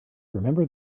remember